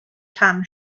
tan